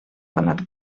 ponad